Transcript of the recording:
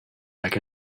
back